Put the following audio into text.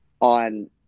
on